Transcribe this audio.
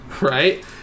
right